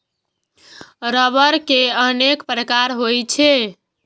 रबड़ के अनेक प्रकार होइ छै